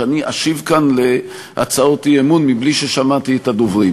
שאני אשיב כאן להצעות אי-אמון מבלי ששמעתי את הדוברים